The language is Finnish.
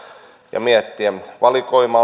ja miettiä valikoimaa